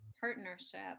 partnership